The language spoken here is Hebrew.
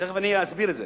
תיכף אני אסביר את זה.